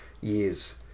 years